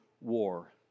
war